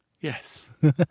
yes